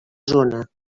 zona